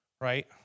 right